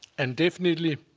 and definitely,